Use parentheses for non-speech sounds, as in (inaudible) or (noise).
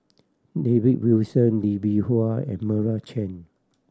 David Wilson Lee Bee (unintelligible) and Meira Chand